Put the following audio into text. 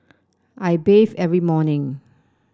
I bathe every morning